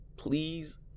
please